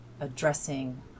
addressing